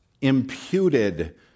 imputed